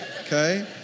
okay